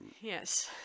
yes